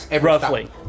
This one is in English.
roughly